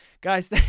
Guys